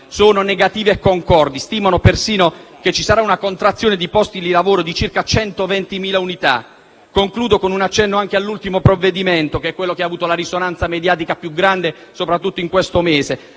sono negative e concordi: stimano persino una contrazione di posti di lavoro di circa 120.000 unità. Concludo con un accenno all'ultimo provvedimento, che ha avuto la risonanza mediatica maggiore, soprattutto in questo mese,